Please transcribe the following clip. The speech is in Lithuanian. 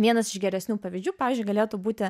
vienas iš geresnių pavyzdžių pavyzdžiui galėtų būti